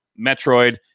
Metroid